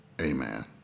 Amen